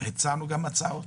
הצענו גם הצעות.